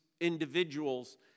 individuals